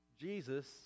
Jesus